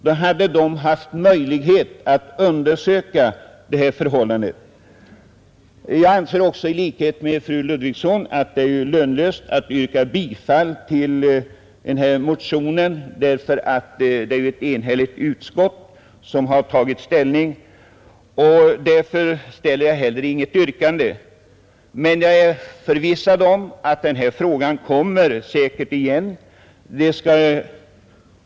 Då hade den haft möjlighet att undersöka de aktuella förhållandena. I likhet med fru Ludvigsson finner jag det lönlöst att yrka bifall till motionen, eftersom ett enhälligt utskott står bakom betänkandet. Därför ställer inte heller jag något yrkande. Däremot är jag förvissad om att frågan kommer igen.